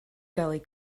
gully